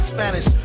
Spanish